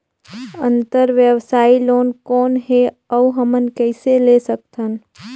अंतरव्यवसायी लोन कौन हे? अउ हमन कइसे ले सकथन?